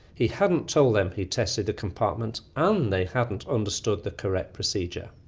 he hadn't told them he tested a compartment and they hadn't understood the correct procedure.